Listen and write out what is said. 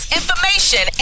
information